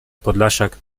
podlasiak